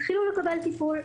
התחילו לקבל טיפול,